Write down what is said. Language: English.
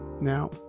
Now